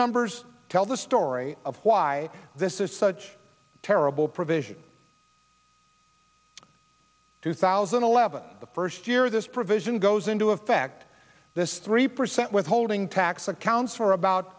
numbers tell the story of why this is such a terrible provision two thousand and eleven the first year this provision goes into effect this three percent withholding tax accounts for about